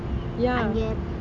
ya